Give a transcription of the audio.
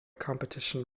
competition